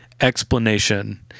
explanation